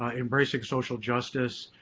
ah embracing social justice.